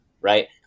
Right